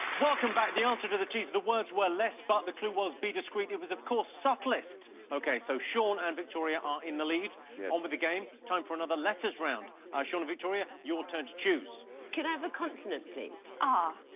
welcome back the answer to the tease the words were less but the clue was be discreet it was of course subtlest okay so sean and victoria are in the lead yeah um over the game time for another letters round are shown in victoria your turn to choose can i have a consonant, please? ah